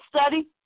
study